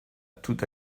tout